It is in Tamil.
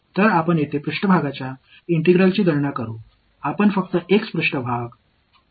எனவே அதாவது இந்த ஃபங்ஷன் அதற்குள் பெரிதும் மாறுபடாத அளவிற்கு இந்த கொள்ளளவு மிகவும் சிறியது